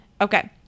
Okay